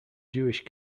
jewish